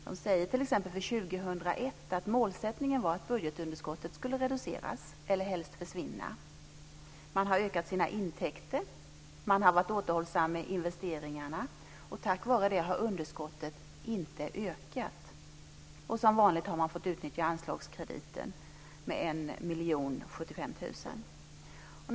Man säger t.ex. för 2001 att målsättningen var att budgetunderskottet skulle reduceras eller helst försvinna. Man har ökat sina intäkter och man har varit återhållsam med investeringarna, och tack vare det har underskottet inte ökat. Som vanligt har man fått utnyttja anslagskrediten med 1 075 000.